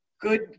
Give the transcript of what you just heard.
good